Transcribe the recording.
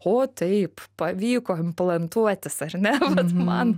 o taip pavyko implantuoti ar ne vat man